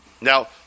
Now